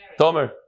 Tomer